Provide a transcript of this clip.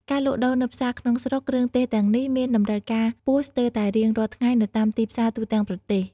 ការលក់ដូរនៅផ្សារក្នុងស្រុក គ្រឿងទេសទាំងនេះមានតម្រូវការខ្ពស់ស្ទើរតែរៀងរាល់ថ្ងៃនៅតាមទីផ្សារទូទាំងប្រទេស។